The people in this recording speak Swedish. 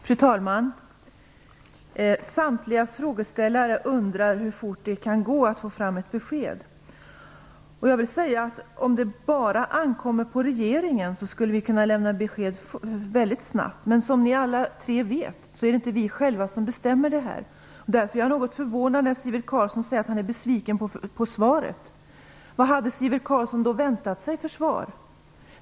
Fru talman! Samtliga frågeställare undrar hur fort det kan gå att få fram ett besked. Om det bara ankommer på regeringen skulle vi kunna lämna besked väldigt snabbt. Men som ni alla tre vet är det inte vi själva som bestämmer detta. Därför är jag något förvånad när Sivert Carlsson säger att han är besviken på svaret. Vad hade Sivert Carlsson väntat sig för svar?